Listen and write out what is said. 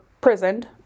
prisoned